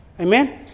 Amen